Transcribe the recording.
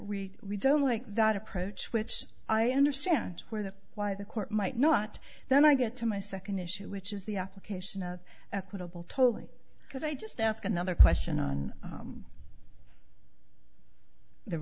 are don't like that approach which i understand where the why the court might not then i get to my second issue which is the application of equitable tolly could i just ask another question on